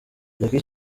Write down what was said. jackie